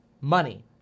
money